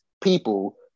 people